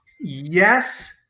yes